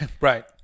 Right